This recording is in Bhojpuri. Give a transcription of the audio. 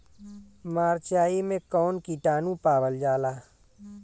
मारचाई मे कौन किटानु पावल जाला?